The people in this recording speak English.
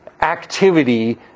activity